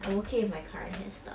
I'll keep with my current hairstyle